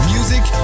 Music